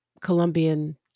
Colombian